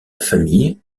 famille